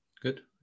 Good